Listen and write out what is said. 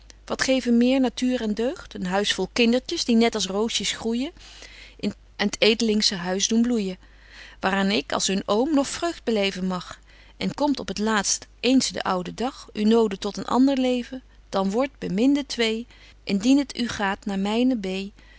wat geven meer natuur en deugd een huis vol kindertjes die net als roosjes groeijen en t edelingsche huis doen bloeijen waar aan ik als hun oom nog vreugd beleven mag en komt op t laatst eens de ouden dag u noden tot een ander leven dan wordt beminde twee indien t u gaat naar